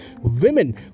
women